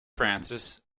frances